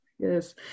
Yes